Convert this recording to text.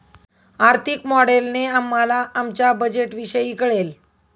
आर्थिक मॉडेलने आम्हाला आमच्या बजेटविषयी कळेल